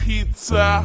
Pizza